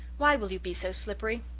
why will you be so slippery?